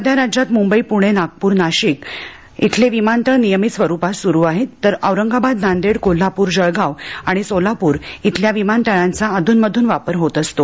सध्या राज्यात मुंबई प्णे नागपूर नाशिक इथले विमानतळ नियमित स्वरूपात सुरु आहेत तर औरंगाबाद नांदेड कोल्हापूर जळगाव आणि सोलापूर इथल्या विमानतळांचा अध्रनमध्रन वापर होत असतो